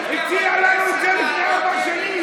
הציע לנו את זה לפני ארבע שנים.